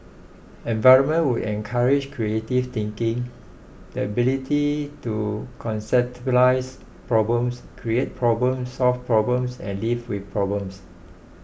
environment would encourage creative thinking the ability to conceptualise problems create problems solve problems and live with problems